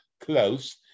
close